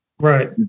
Right